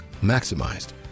maximized